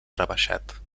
rebaixat